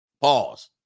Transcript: pause